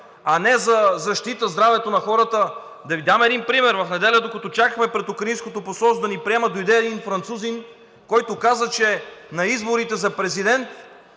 а не за защита здравето на хората, да Ви дам един пример. В неделя, докато чакахме пред Украинското посолство да ни приемат, дойде един французин, който каза, че на изборите за президент